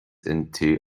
into